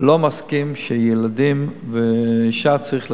לא מסכים זה שהילדים והאשה צריכים לשלם.